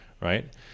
right